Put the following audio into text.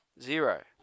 Zero